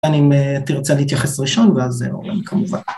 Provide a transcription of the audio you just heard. אני מ... תרצה להתייחס ראשון, ואז אה, אורן כמובן.